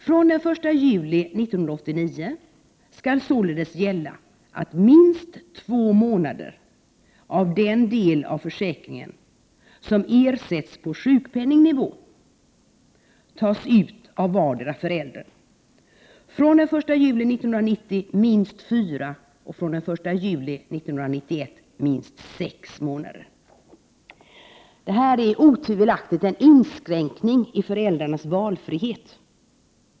Från den 1 juli 1989 skall således gälla att minst två månader av den del av försäkringen som ersätts på sjukpenningnivå skall tas ut av vardera föräldern. Från den 1 juli 1990 skall det vara minst fyra månader, och från den 1 juli 1991 minst sex månader. Detta medför otvivelaktigt en inskränkning i föräldrarnas valfrihet.